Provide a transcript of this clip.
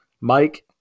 Mike